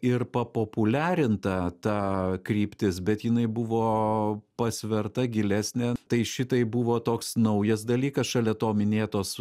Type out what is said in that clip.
ir papopuliarinta ta kryptis bet jinai buvo pasverta gilesnė tai šitai buvo toks naujas dalykas šalia to minėtos